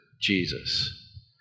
Jesus